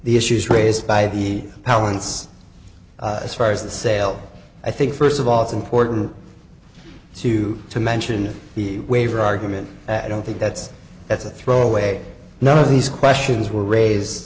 the issues raised by the talents as far as the sale i think first of all it's important two to mention the waiver argument i don't think that's that's a throw away none of these questions were raised